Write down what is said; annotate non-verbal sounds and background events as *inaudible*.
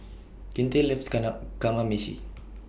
Kinte loves *unintelligible* Kamameshi